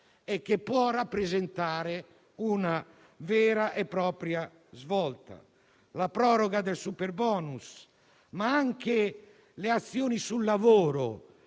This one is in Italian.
e che può rappresentare una vera e propria svolta. Ancora, la proroga del superbonus, ma anche le azioni sul lavoro.